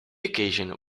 occasion